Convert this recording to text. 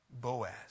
Boaz